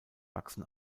wachsen